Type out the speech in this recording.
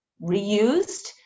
reused